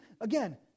Again